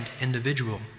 individual